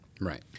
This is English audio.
Right